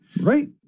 right